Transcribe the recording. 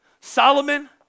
Solomon